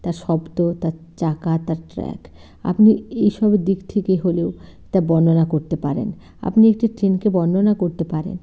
তার শব্দ তার চাকা তার ট্র্যাক আপনি এই সব দিক থেকে হলেও তা বর্ণনা করতে পারেন আপনি একটা ট্রেনকে বর্ণনা করতে পারেন